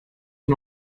and